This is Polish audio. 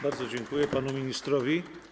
Bardzo dziękuję panu ministrowi.